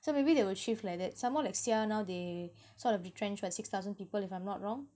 so maybe they will shift like that some more like S_I_A now they sort of retrenched by six thousand people if I'm not wrong